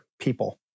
people